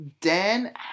Dan